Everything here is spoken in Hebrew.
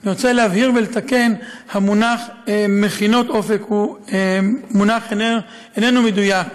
אני רוצה לתקן ולהבהיר שהמונח מכינות "אופק" הוא מונח שאיננו מדויק.